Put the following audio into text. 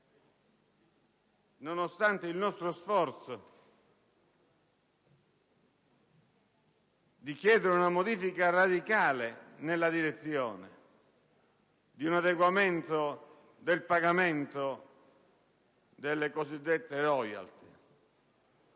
nonostante il nostro sforzo di chiedere una modifica radicale nella direzione di un adeguamento del pagamento delle cosiddette *royalties*,